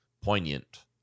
poignant